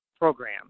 program